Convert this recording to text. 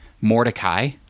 Mordecai